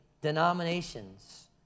denominations